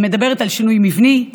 היא מדברת על שינוי מבני,